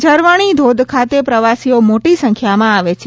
ઝરવાણી ધોધ ખાતે પ્રવાસીઓ મોટી સંખ્યામાં આવે છે